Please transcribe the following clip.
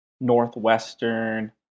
Northwestern